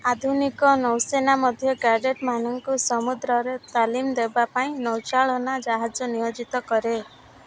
ଆଧୁନିକ ନୌସେନା ମଧ୍ୟ କ୍ୟାଡ଼େଟ୍ ମାନଙ୍କୁ ସମୁଦ୍ରରେ ତାଲିମ ଦେବା ପାଇଁ ନୌଚାଳନା ଜାହାଜ ନିୟୋଜିତ କରେ